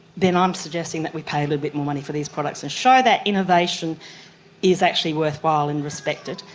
then i'm suggesting that we pay a little bit more money for these products and show that innovation is actually worthwhile and respected.